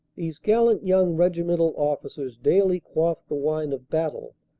these gallant young regi mental officers daily quaff the wine of battle,